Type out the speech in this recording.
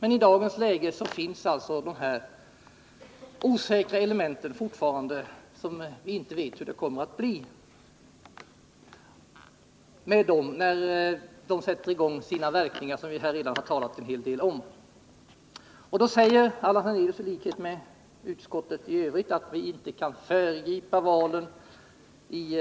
Men i dagens läge finns fortfarande de osäkra elementen kvar — vi har ju redan talat en hel del om detta — och vi vet inte hur det kommer att bli när verkningarna av dem visar sig. Liksom utskottet i övrigt säger Allan Hernelius att vi inte kan föregripa valen i